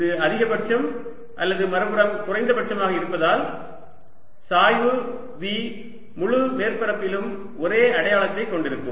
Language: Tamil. இது அதிகபட்சம் அல்லது மறுபுறம் குறைந்தபட்சமாக இருப்பதால் சாய்வு V முழு மேற்பரப்பிலும் ஒரே அடையாளத்தைக் கொண்டிருக்கும்